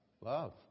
Love